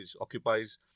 occupies